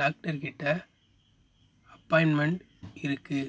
doctor கிட்டே appointment இருக்குது